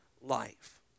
life